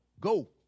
Go